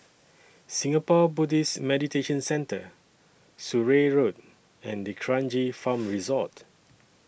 Singapore Buddhist Meditation Centre Surrey Road and D'Kranji Farm Resort